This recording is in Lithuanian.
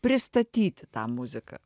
pristatyti tą muziką